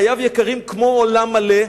חייו יקרים כמו עולם מלא,